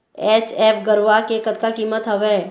HF गरवा के कतका कीमत हवए?